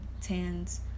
tan's